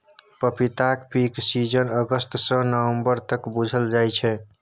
पपीताक peak season अगस्त सँ नबंबर तक बुझल जाइ छै